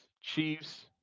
Chiefs